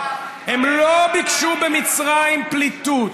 הם לא ביקשו במצרים פליטות.